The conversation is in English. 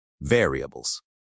variables